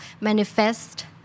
manifest